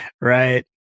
right